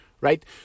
right